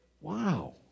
Wow